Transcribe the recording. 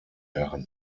herren